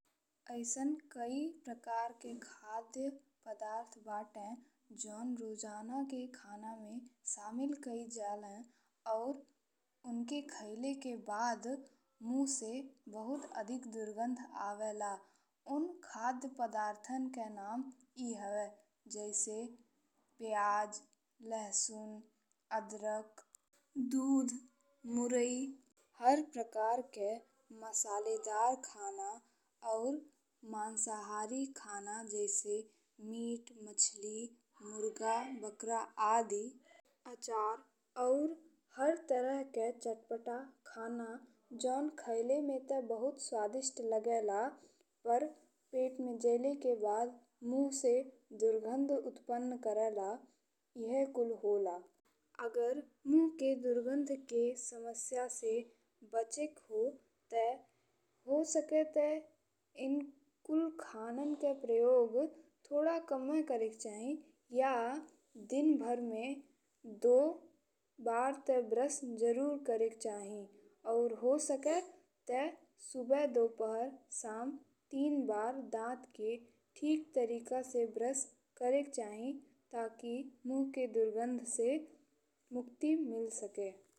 अइसन कई प्रकार के खाद्य पदार्थ बा ते जौन रोज़ाना के खाना में शामिल कइल जाले और उनके खइले के बाद मुँह से बहुत अधिक दुर्गंध आवेला। उन खाद्य पदार्थन के नाम ए हवे जइसे पियाज, लहसुन, अदरक, दूध, मुरई, हर प्रकार के मसालेदार खाना और मांसाहारी खाना जइसे मीट, मछली, मुर्गा, बकरा आदि, अचार और हर तरह के चटपटा खाना जौन खइले में ते बहुत स्वादिष्ट लागेला पर पेट में जाइले के बाद मुँह से दुर्गंध उत्पन्न करेला ईहे कुल होला। अगर मुँह के दुर्गंध के समस्या से बचे के हो। ते हो सके ते ए कुल खाना के प्रयोग थोड़ा कमे करे के चाही या दिन भर में दो बार ते ब्रश जरूर करे के चाही। और हो सके ते सुबह, दोपहर, साँझ तीन बार दाँत के ठीक तरीक़ा से ब्रश करे के चाही ताकि मुँह के दुर्गंध से मुक्ति मिल सके।